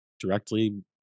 directly